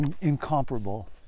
incomparable